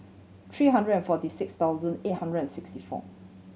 three hundred and forty six thousand eight hundred and sixty four